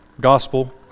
gospel